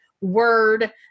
word